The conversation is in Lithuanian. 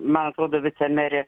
man atrodo vicemerė